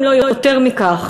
אם לא יותר מכך,